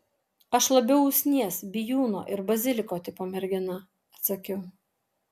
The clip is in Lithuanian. aš labiau usnies bijūno ir baziliko tipo mergina atsakiau